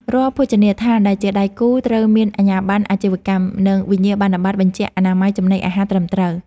រាល់ភោជនីយដ្ឋានដែលជាដៃគូត្រូវមានអាជ្ញាប័ណ្ណអាជីវកម្ម និងវិញ្ញាបនបត្របញ្ជាក់អនាម័យចំណីអាហារត្រឹមត្រូវ។